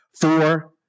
Four